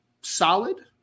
solid